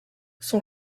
son